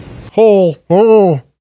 Hole